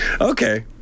Okay